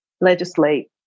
legislate